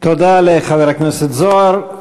תודה לחבר הכנסת זוהר.